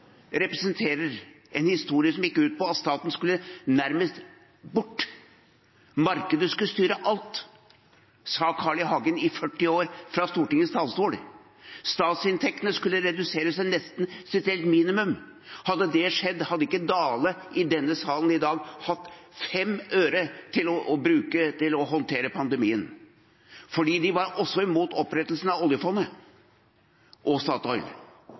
representerer en historie som gikk ut på at staten nærmest skulle bort – markedet skulle styre alt. Det sa Carl I. Hagen i 40 år fra Stortingets talerstol. Statsinntektene skulle reduseres til nesten et eksistensielt minimum. Hadde det skjedd, hadde ikke Dale i denne sal i dag hatt fem øre til å bruke på å håndtere pandemien, for de var også mot opprettelsen av oljefondet og Statoil.